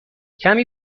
کمی